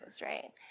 right